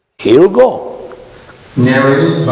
here you go never